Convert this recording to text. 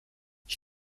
ich